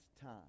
time